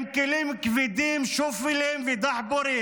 עם כלים כבדים, שופלים ודחפורים,